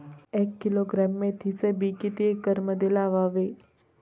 एक किलोग्रॅम मेथीचे बी किती एकरमध्ये लावावे?